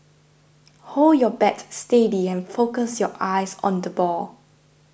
hold your bat steady and focus your eyes on the ball